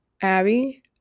Abby